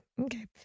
okay